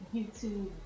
YouTube